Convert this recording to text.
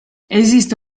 esiste